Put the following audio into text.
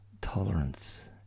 tolerance